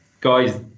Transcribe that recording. guys